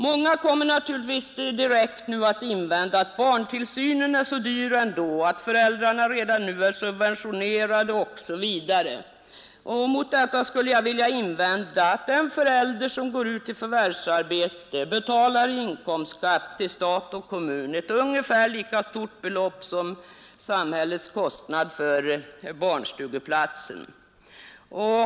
Många kommer naturligtvis att invända att barntillsynen är så dyr, att föräldrarna redan nu är subventionerade osv. Mot detta skulle jag vilja säga att den förälder som går ut i förvärvsarbete betalar i inkomstskatt till stat och kommun ett ungefär lika stort belopp som samhällets kostnad för barnstugeplatsen.